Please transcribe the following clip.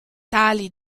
tali